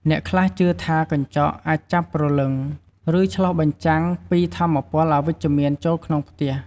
អ្នកខ្លះជឿថាកញ្ចក់អាចចាប់ព្រលឹង ឬឆ្លុះបញ្ចាំងពីថាមពលអវិជ្ជមានចូលក្នុងផ្ទះ។